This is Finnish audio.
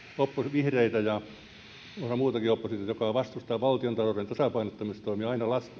vihreitä ja osaa muutakin oppositiota joka vastustaa valtiontalouden tasapainottamistoimia